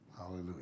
hallelujah